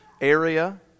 area